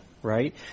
Right